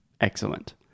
Excellent